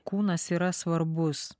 kūnas yra svarbus